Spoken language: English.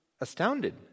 astounded